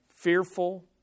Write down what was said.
fearful